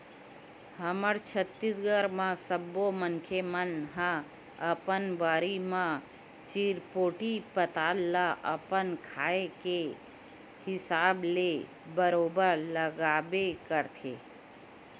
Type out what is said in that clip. हमर छत्तीसगढ़ म सब्बो मनखे मन ह अपन बाड़ी म चिरपोटी पताल ल अपन खाए के हिसाब ले बरोबर लगाबे करथे